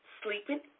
sleeping